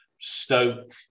Stoke